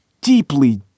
deeply